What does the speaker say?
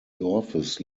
dorfes